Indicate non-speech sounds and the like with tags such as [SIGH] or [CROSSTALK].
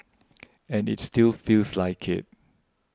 [NOISE] and it still feels like it